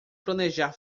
planejar